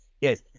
Yes